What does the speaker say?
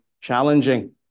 challenging